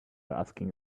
asking